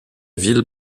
ville